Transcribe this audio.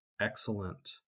excellent